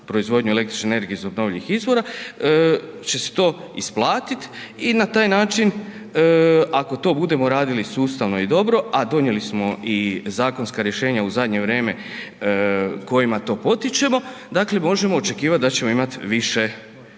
proizvodnju električne energije iz obnovljivih izvora će se to isplatiti i na taj način ako to budemo radili sustavno i dobro a donijeli smo i zakonska rješenja u zadnje vrijeme kojima to potičemo, dakle možemo očekivati da ćemo imati više